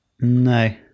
No